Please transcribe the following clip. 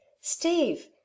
steve